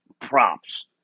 Props